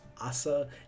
Asa